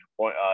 point